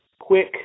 quick